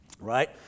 right